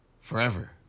forever